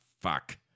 fuck